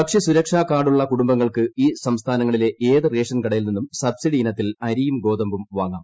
ഭക്ഷൃസൂരക്ഷാ കാർഡുള്ള കുടുംബങ്ങൾക്ക് ഈ സംസ്ഥാനങ്ങളിലെ ഏത് റേഷൻ കടയിൽ നിന്നും സബ്സിഡി ഇനത്തിൽ അരിയും ഗോതമ്പും വാങ്ങാം